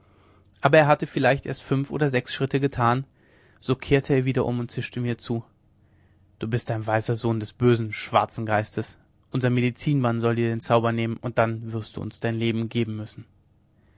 aber er hatte vielleicht erst fünf oder sechs schritte getan so kehrte er wieder um und zischte mir zu du bist ein weißer sohn des bösen schwarzen geistes unser medizinmann soll dir den zauber nehmen und dann wirst du uns dein leben geben müssen